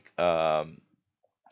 um